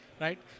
right